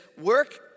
Work